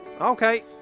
Okay